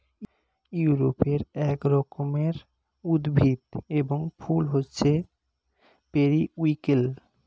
ইউরোপে এক রকমের উদ্ভিদ এবং ফুল হচ্ছে পেরিউইঙ্কেল